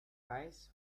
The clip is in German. weiß